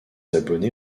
abonnés